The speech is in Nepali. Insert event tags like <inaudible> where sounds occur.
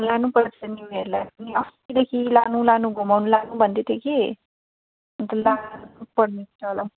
लानुपर्छ नि उनीहरूलाई पनि अस्तिदेखि लानु लानु घुमाउनु लानु भन्दै थियो कि अन्त <unintelligible>